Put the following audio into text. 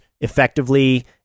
effectively